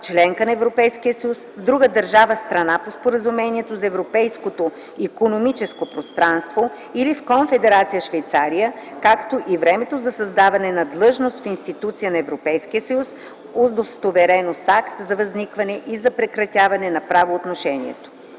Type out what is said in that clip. членка на Европейския съюз, в друга държава – страна по Споразумението за Европейското икономическо пространство или в Конфедерация Швейцария, както и времето на заемане на длъжност в институция на Европейския съюз, удостоверено с акт за възникване и за прекратяване на правоотношението.”